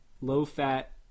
low-fat